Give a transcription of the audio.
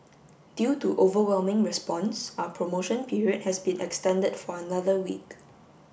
due to overwhelming response our promotion period has been extended for another week